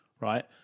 right